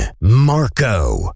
Marco